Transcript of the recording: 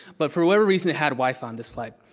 but for whatever reason it had wi-fi on this flight.